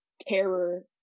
terror